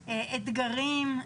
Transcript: אתגרים,